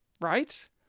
Right